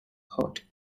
heart